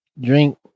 drink